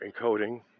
encoding